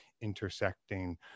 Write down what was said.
intersecting